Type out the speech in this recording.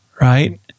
right